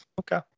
okay